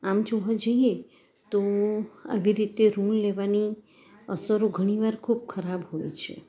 આમ જોવા જઈએ તો આવી રીતે ઋણ લેવાની અસરો ઘણી વાર ખૂબ ખરાબ હોય છે